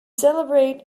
celebrate